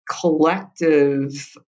collective